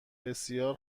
بسیار